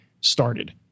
started